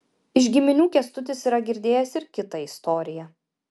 iš giminių kęstutis yra girdėjęs ir kitą istoriją